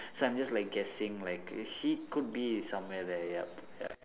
so I'm just like guessing like he could be somewhere there yup ya